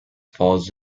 falls